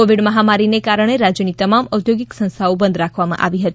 Covid મહામારીને કારણે રાજ્યની તમામ ઔદ્યોગિક સંસ્થાઓ બંધ રાખવામા આવી હતી